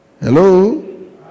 Hello